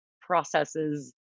processes